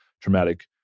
traumatic